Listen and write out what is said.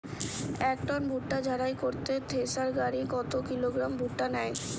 এক টন ভুট্টা ঝাড়াই করতে থেসার গাড়ী কত কিলোগ্রাম ভুট্টা নেয়?